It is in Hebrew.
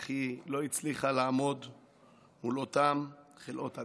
אך היא לא הצליחה לעמוד מול אותם חלאות אדם.